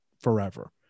forever